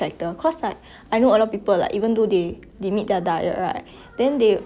!wah! they they 他们吃很少我每次看我朋友 lah 他们吃很少 but then